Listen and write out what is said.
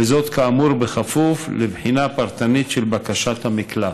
וזאת, כאמור, בכפוף לבחינה פרטנית של בקשת המקלט.